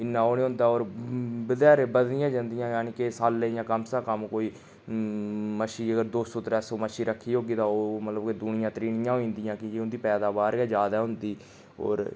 इन्ना ओह् नी होदा होर बत्थेरे बधदियां जांदियां जानि के सालै दियां कम से कम कोई मच्छी अगर दो सौ त्रै सौ मच्छी रक्खी होगी ता ओह् मतलब कोई दूनियां त्रीनियां होई जन्दिया कि के उं'दी पैदावार गै ज्यादा होंदी होर